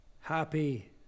Happy